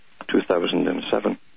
2007